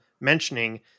mentioning